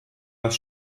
das